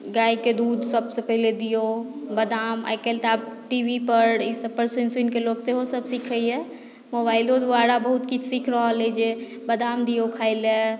गायके दूध सभसँ पहिले दियौ बादाम आइकाल्हि तऽ आब टी वी पर ई सभ पर सुनि सुनि कऽ लोक सेहो सभ सिखैया मोबाइलो द्वार बहुत किछु सिख रहल अहि जे बादाम दियौ खाए लए